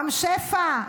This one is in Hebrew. רם שפע,